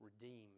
redeemed